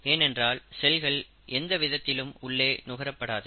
ஏனென்றால் செல்கள் எந்த விதத்திலும் உள்ளே நுகரப்படாது